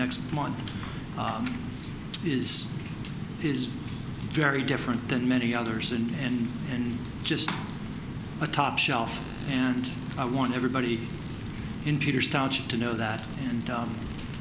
next month is is very different than many others and and just a top shelf and i want everybody to know that and